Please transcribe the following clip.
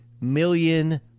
million